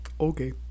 Okay